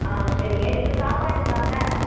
ஆ சரிங்க எதுக்கு சாப்பாட்டுக்காங்க